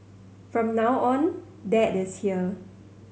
from now on dad is here